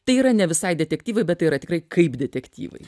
tai yra ne visai detektyvai bet tai yra tikrai kaip detektyvai